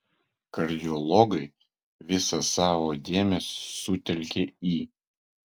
kardiologai visą savo dėmesį sutelkia į